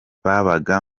babaga